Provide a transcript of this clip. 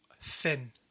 thin